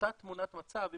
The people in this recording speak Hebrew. אותה תמונת מצב גם